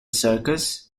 circus